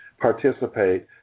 participate